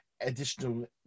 additional